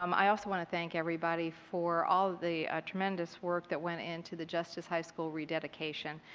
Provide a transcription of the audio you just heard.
um i also want to thank everybody for all of the tremendous work that went into the justice high school rededication.